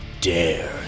dare